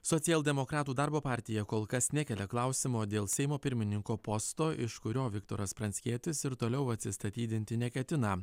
socialdemokratų darbo partija kol kas nekelia klausimo dėl seimo pirmininko posto iš kurio viktoras pranckietis ir toliau atsistatydinti neketina